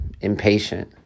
impatient